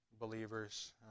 believers